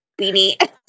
beanie